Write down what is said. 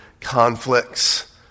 conflicts